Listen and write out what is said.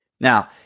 Now